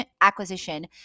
acquisition